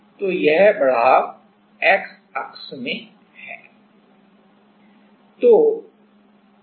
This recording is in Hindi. तो यह बढ़ाव x अक्ष में है